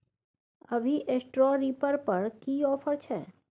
अभी straw reaper पर की ऑफर छै?